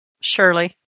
Surely